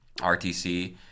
RTC